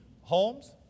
homes